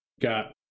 got